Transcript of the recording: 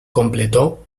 completó